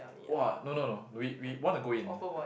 !wah! no no no we we want to go in